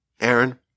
Aaron